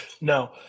No